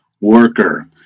worker